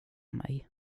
mig